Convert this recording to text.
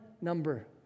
number